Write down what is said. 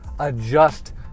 adjust